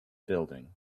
building